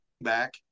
back